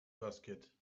basket